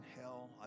hell